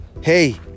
Hey